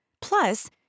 Plus